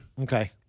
Okay